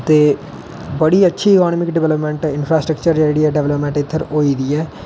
दे बडी अच्छी economic development infrastructure development इत्थै होई दी ऐ